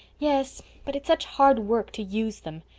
yes. but it's such hard work to use them.